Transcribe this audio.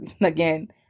again